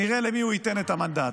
נראה למי הוא ייתן את המנדט.